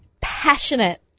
passionate